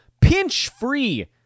Pinch-Free